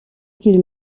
qu’il